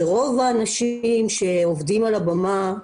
רוב האנשים שעובדים על הבמה,